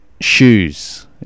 shoes